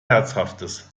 herzhaftes